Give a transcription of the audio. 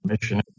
mission